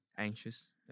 Anxious